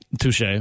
Touche